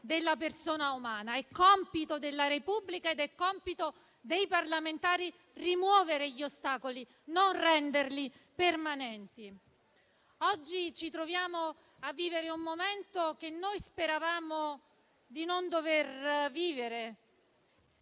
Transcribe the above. della persona umana». È compito della Repubblica e dei parlamentari rimuovere gli ostacoli, non renderli permanenti. Oggi ci troviamo a vivere un momento che noi speravamo di non dover vivere.